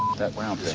that round thing.